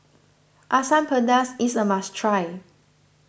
Asam Pedas is a must try